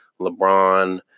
LeBron